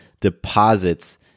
deposits